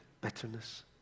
bitterness